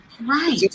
Right